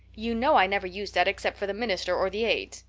you know i never use that except for the minister or the aids.